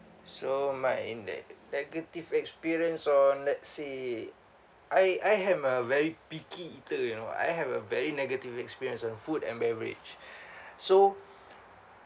so my neg~ negative experience on let's see I I am a very picky eater you know I have a very negative experience on food and beverage so